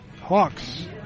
Hawks